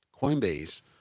Coinbase